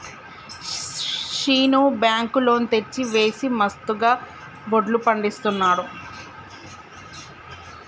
Seenu bank loan తెచ్చి వేసి మస్తుగా వడ్లు పండిస్తున్నాడు